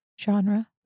Genre